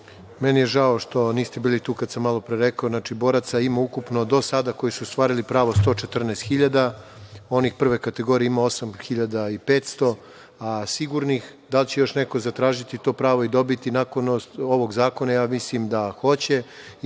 Meni je žao što niste bili tu kada sam malopre rekao. Znači, boraca ima ukupno do sada koji su ostvarili pravo 114.000, onih prve kategorije ima 8.500, a sigurnih, da li će neko zatražiti to pravo i dobiti nakon ovog zakona, ja mislim da hoće